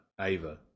ava